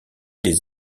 des